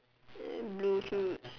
eh blue shoes